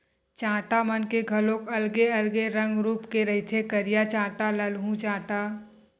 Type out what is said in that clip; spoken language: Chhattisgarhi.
चाटा मन के घलोक अलगे अलगे रंग रुप के रहिथे करिया चाटा, ललहूँ चाटा